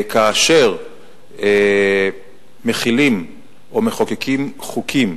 כאשר מחילים או מחוקקים חוקים